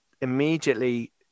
immediately